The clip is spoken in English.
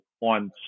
on